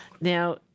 Now